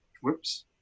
whoops